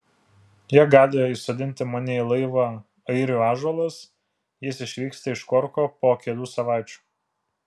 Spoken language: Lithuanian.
jie gali įsodinti mane į laivą airių ąžuolas jis išvyksta iš korko po kelių savaičių